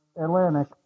Atlantic